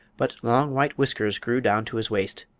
but long white whiskers grew down to his waist.